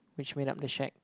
which made up the shack